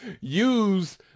use